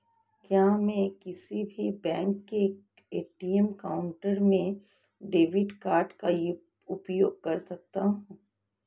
क्या मैं किसी भी बैंक के ए.टी.एम काउंटर में डेबिट कार्ड का उपयोग कर सकता हूं?